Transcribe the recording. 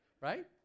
Right